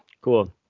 cool